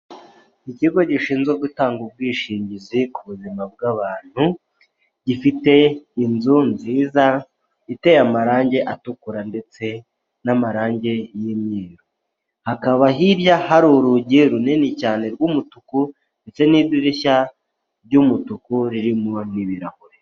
Ikigo gishinzwe gutanga ubwishingizi ku buzima, bw'abantu , gifite inzu nziza ,iteye amarange atukura ndetse n'amarange y' imyeru ,hakaba hirya hari urugi runini cyane rw'umutuku ndetse n' idirishya ry'umutuku ririmo n' ibirahure.